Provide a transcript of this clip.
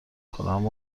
کنم